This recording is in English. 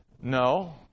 No